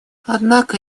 однако